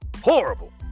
Horrible